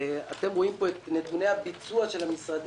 אתם רואים פה את נתוני הביצוע של המשרדים,